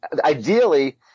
ideally –